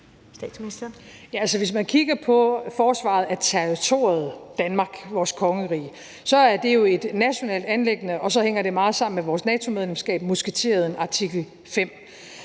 hvis man kigger på forsvaret af territoriet Danmark, vores kongerige, så er det jo et nationalt anliggende, og så